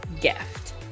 gift